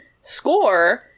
score